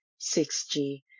6G